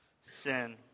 sin